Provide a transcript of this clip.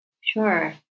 Sure